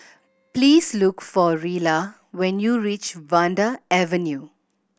please look for Rilla when you reach Vanda Avenue